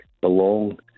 belong